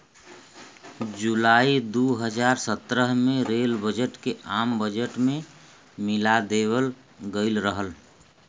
जुलाई दू हज़ार सत्रह में रेल बजट के आम बजट में मिला देवल गयल रहल